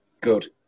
Good